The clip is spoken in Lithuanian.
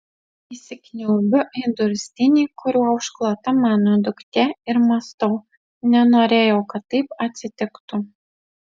įsikniaubiu į durstinį kuriuo užklota mano duktė ir mąstau nenorėjau kad taip atsitiktų